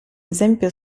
esempio